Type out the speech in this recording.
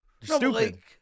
stupid